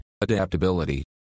adaptability